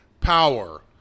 power